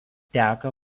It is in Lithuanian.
teka